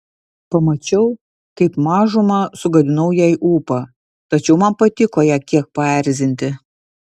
pamačiau kaip mažumą sugadinau jai ūpą tačiau man patiko ją kiek paerzinti